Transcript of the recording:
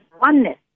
oneness